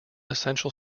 essential